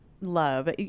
love